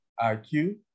iq